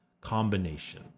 combination